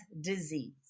disease